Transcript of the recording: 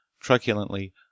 truculently